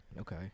Okay